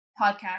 podcast